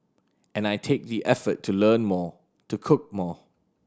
and I take the effort to learn more to cook more